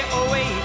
away